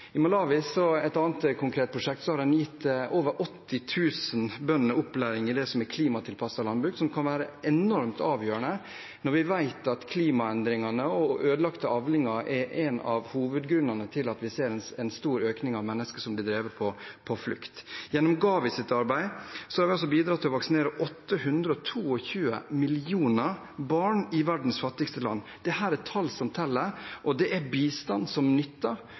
I Malawi – et annet konkret prosjekt – har en gitt over 80 000 bønder opplæring i det som er klimatilpasset landbruk, som kan være enormt avgjørende når vi vet at klimaendringene og ødelagte avlinger er en av hovedgrunnene til at vi ser en stor økning av mennesker som blir drevet på flukt. Gjennom GAVIs arbeid har vi bidratt til å vaksinere 822 millioner barn i verdens fattigste land. Dette er tall som teller, og det er bistand som